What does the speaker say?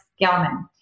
Gelman